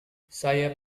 saya